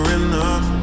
enough